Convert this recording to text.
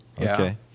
Okay